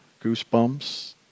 goosebumps